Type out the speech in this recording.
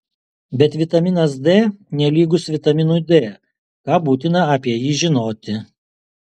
bet vitaminas d nelygus vitaminui d ką būtina apie jį žinoti